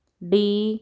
D